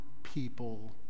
people